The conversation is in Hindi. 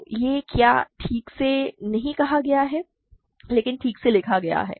तो यह क्या ठीक से नहीं कहा गया है लेकिन ठीक से लिखा गया है